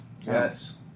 Yes